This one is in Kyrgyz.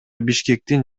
бишкектин